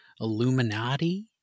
Illuminati